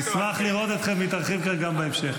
נשמח לראות אתכם מתארחים כאן גם בהמשך.